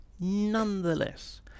Nonetheless